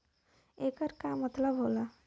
येकर का मतलब होला?